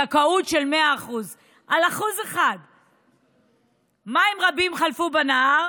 זכאות בשיעור 100%. על 1%. מים רבים חלפו בנהר,